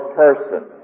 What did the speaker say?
person